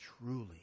Truly